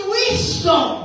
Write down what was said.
wisdom